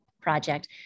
project